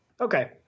Okay